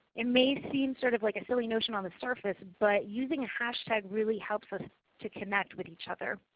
it may seem sort of like a silly notion on the surface, but using a hashtag really helps us to connect with each other.